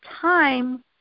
time